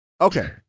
okay